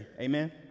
Amen